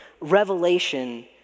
Revelation